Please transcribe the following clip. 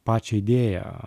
pačią idėją